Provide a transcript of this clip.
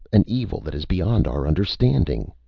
an evil that is beyond our understanding.